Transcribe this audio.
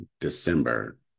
December